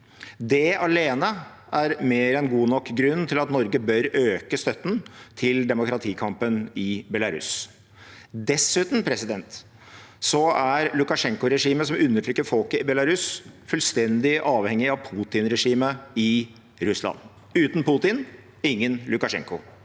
Det alene er mer enn god nok grunn til at Norge bør øke støtten til demokratikampen i Belarus. Dessuten er Lukasjenko-regimet, som undertrykker folket i Belarus, fullstendig avhengig av Putin-regimet i Russland – uten Putin, ingen Lukasjenko.